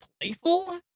playful